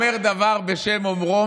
זו המשימה שלנו.